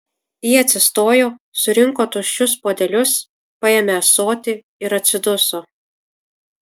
ji atsistojo surinko tuščius puodelius paėmė ąsotį ir atsiduso